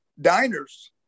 Diners